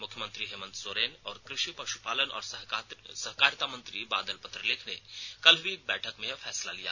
मुख्यमंत्री हेमंत सोरेन और कृषि पशुपालन और सहकारिता मंत्री बादल पत्रलेख ने कल हुई एक बैठक में यह फैसला लिया